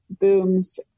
booms